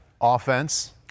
Offense